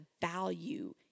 value